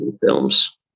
films